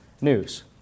news